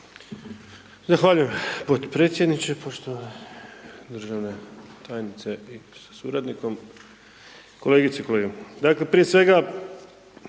Zahvaljujem podpredsjedniče, poštovana državna tajnice sa suradnikom, kolegice i kolege, dakle prije svega,